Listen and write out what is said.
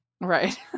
Right